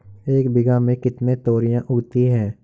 एक बीघा में कितनी तोरियां उगती हैं?